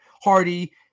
Hardy